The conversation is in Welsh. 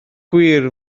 gwir